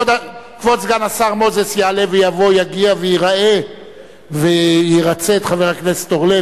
כבוד סגן השר מוזס יעלה ויבוא יגיע וייראה וירצה את חבר הכנסת אורלב,